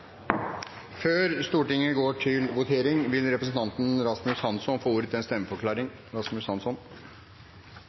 Før Stortinget går til votering, vil representanten Rasmus Hansson få ordet til en stemmeforklaring.